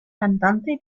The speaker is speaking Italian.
cantante